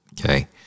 Okay